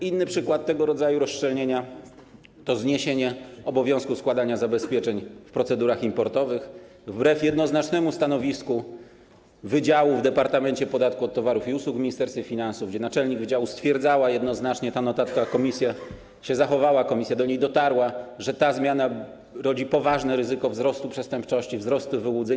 Inny przykład tego rodzaju rozszczelnienia to zniesienie obowiązku składania zabezpieczeń w procedurach importowych, wbrew jednoznacznemu stanowisku wydziału w Departamencie Podatku od Towarów i Usług w Ministerstwie Finansów, gdzie naczelnik wydziału stwierdzała jednoznacznie - ta notatka komisji się zachowała, komisja do niej dotarła - że ta zmiana rodzi poważne ryzyko wzrostu przestępczości, wzrostu wyłudzeń.